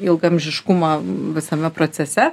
ilgaamžiškumą visame procese